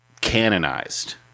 Canonized